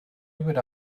would